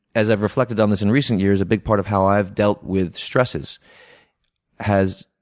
as i've reflected on this in recent years, a big part of how i've dealt with stresses has